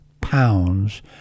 pounds